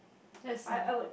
that's all